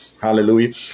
Hallelujah